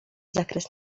zakres